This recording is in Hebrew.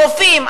רופאים,